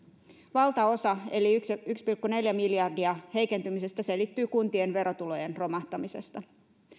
valtaosa eli yksi yksi pilkku neljä miljardia heikentymisestä selittyy kuntien verotulojen romahtamisella